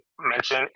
mention